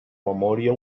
memòria